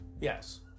Yes